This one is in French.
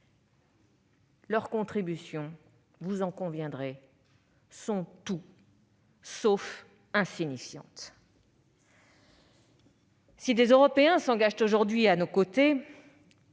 Leurs contributions- vous en conviendrez -sont tout sauf insignifiantes. Si des Européens s'engagent aujourd'hui à nos côtés,